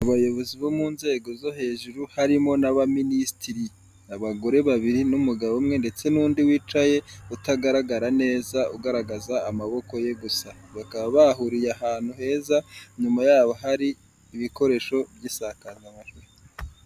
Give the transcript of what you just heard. Mu bayobozi bo mu nzego zo hejuru harimo n'abaminisitiri ,abagore babiri n'umugabo umwe ndetse n'undi wicaye utagaragara neza ugaragaza amaboko ye gusa .Bakaba bahuriye ahantu heza nyuma yabo hari ibikoresho by'isakazamajwi.